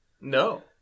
No